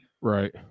right